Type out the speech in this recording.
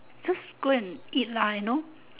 just go and eat lah you know